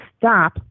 stop